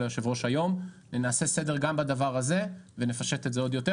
נעשה סדר גם בדבר הזה ונפשט את זה עוד יותר.